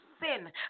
sin